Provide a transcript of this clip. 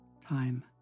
time